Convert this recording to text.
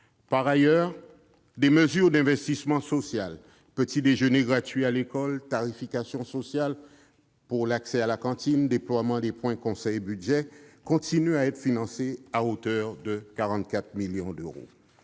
Par ailleurs, des mesures d'investissement social- petits-déjeuners gratuits à l'école, tarification sociale pour l'accès à la cantine, déploiement des points-conseil budget, etc. -continuent à être financées à hauteur de 44 millions d'euros.